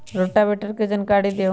Rotavator के जानकारी दिआउ?